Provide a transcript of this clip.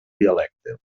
dialecte